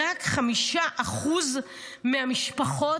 רק 5% מהמשפחות,